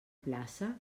plaça